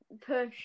push